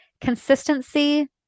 consistency